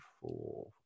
four